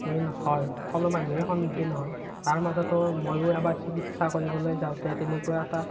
হয় সকলো মানুহেই সন্মুখীন হয় তাৰ মাজতো মইও এবাৰ চিকিৎসা কৰিবলৈ যাওঁতে তেনেকুৱা এটা